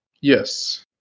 Yes